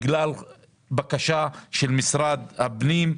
בגלל בקשה של משרד הפנים.